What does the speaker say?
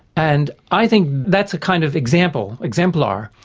and i think that's a kind of example, exemplar,